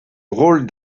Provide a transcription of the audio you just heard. rôle